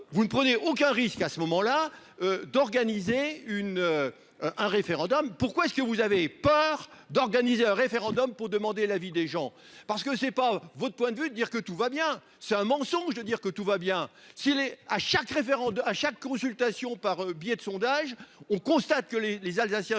vous ne prenez aucun risque à ce moment-là d'organiser une. Un référendum, pourquoi est ce que vous avez peur d'organiser un référendum pour demander l'avis des gens parce que c'est pas votre point de vue de dire que tout va bien, c'est un mensonge de dire que tout va bien si les à chaque référendum à chaque consultation par biais de sondage, on constate que les les Alsaciens sont